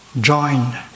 join